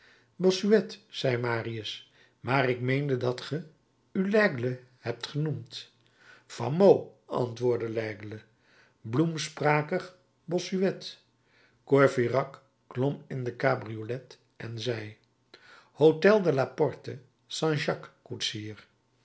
bossuet zei marius maar ik meende dat ge u l'aigle hebt genoemd van meaux antwoordde l'aigle bloemsprakig bossuet courfeyrac klom in de cabriolet en zei hôtel de la porte st jacques